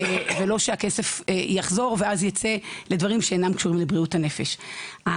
ולא שהכסף יחזור ואז ייצא לדברים שאינם קשורים לבריאות הנפש.